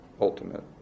ultimate